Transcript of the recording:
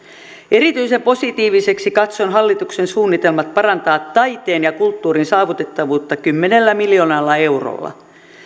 erityisen positiivisiksi katson hallituksen suunnitelmat parantaa taiteen ja kulttuurin saavutettavuutta kymmenellä miljoonalla eurolla